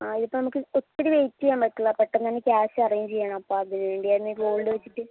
ആ ഇതിപ്പോൾ നമുക്ക് ഒത്തിരി വെയിറ്റ് ചെയ്യാൻ പറ്റില്ല പെട്ടെന്ന് തന്നെ ക്യാഷ് അറേഞ്ച് ചെയ്യണം അപ്പോൾ അതിനു വേണ്ടിയായിരുന്നു ഈ ഗോൾഡ് വച്ചിട്ട്